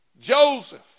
Joseph